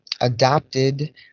adopted